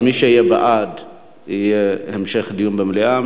אז מי שיהיה בעד יהיה בעד המשך דיון במליאה.